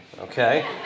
Okay